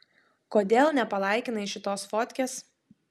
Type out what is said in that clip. kodėl nepalaikinai šitos fotkės